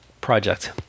project